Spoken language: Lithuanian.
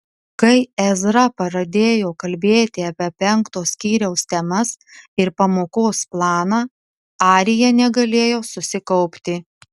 kai ezra pradėjo kalbėti apie penkto skyriaus temas ir pamokos planą arija negalėjo susikaupti